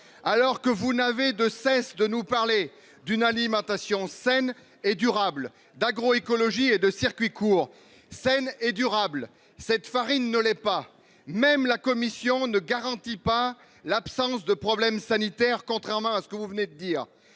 alors que vous n'avez de cesse de nous parler d'une alimentation saine et durable d'agroécologie et de circuits courts saine et durable, cette farine ne l'est pas. Même la Commission ne garantit pas l'absence de problème sanitaire. Contrairement à ce que vous venez de dire,